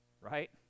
right